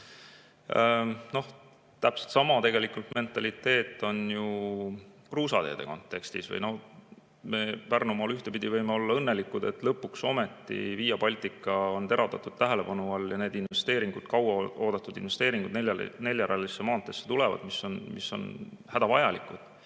täpselt sama mentaliteet on ju kruusateede kontekstis. Me Pärnumaal ühtepidi võime olla õnnelikud, et lõpuks ometi Via Baltica on teravdatud tähelepanu all ja need investeeringud, kauaoodatud investeeringud neljarealisse maanteesse tulevad, mis on hädavajalikud.